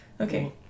Okay